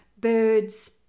birds